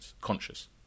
conscious